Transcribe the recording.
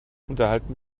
unterhalten